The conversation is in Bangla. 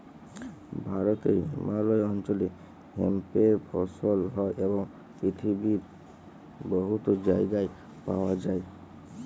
ভারতে হিমালয় অল্চলে হেম্পের ফসল হ্যয় এবং পিথিবীর বহুত জায়গায় পাউয়া যায়